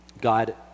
God